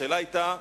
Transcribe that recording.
השאלה היתה: